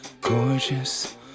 gorgeous